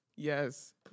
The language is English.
Yes